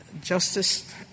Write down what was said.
Justice —